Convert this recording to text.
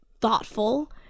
thoughtful